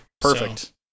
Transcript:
Perfect